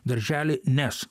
daržely nes